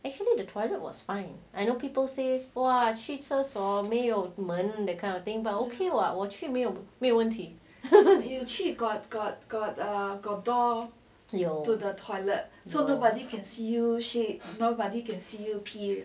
actually the toilet was fine I know people say !wah! 去厕所没有门 that kind of thing but okay [what] 我去没有没有问题